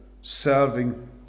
Serving